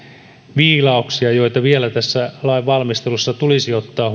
viilauksia joita vielä tässä lain valmistelussa tulisi ottaa